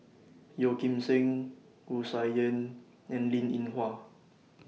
Yeo Kim Seng Wu Tsai Yen and Linn in Hua